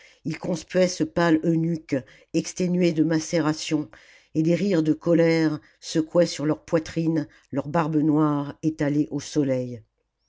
ils conspuaient ce pâle eunuque exténué de macérations et des rires de colère secouaient sur leur poitrine leur barbe noire étalée au soleil